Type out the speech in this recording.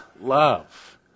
love